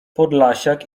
podlasiak